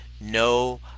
no